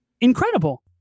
incredible